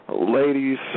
Ladies